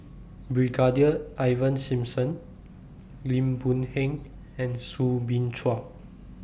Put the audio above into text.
Brigadier Ivan Simson Lim Boon Heng and Soo Bin Chua